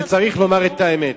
וצריך לומר את האמת.